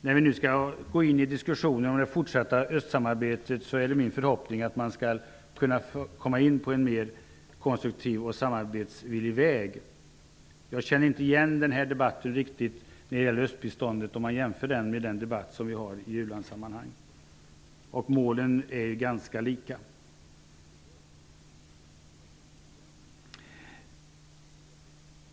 När vi nu skall gå in i en diskussion om det fortsatta östsamarbetet är det min förhoppning att Socialdemokraterna skall slå in på en mer konstruktiv och samarbetsvillig väg. Jag känner inte riktigt igen den debatt som förs i fråga om östbiståndet -- den liknar inte den debatt som förs i u-landssammanhang. Målen är ju ändå ganska lika.